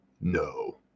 No